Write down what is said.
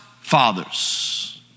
Fathers